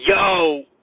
Yo